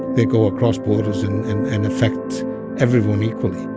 they go across borders and and and affect everyone equally.